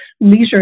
leisure